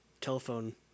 telephone